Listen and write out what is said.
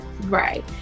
right